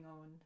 on